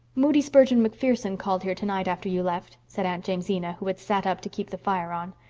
moody spurgeon macpherson called here tonight after you left, said aunt jamesina, who had sat up to keep the fire on.